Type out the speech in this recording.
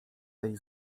tej